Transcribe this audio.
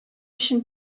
өчен